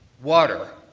water.